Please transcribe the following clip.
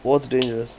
what's dangerous